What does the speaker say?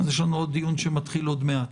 יש לנו עוד דיון שמתחיל עוד מעט.